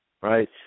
right